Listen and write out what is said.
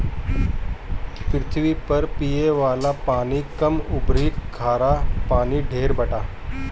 पृथ्वी पर पिये वाला पानी कम अउरी खारा पानी ढेर बाटे